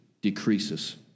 decreases